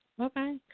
Okay